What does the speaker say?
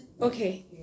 Okay